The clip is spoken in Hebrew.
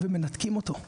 אמא ומנתקים אותו,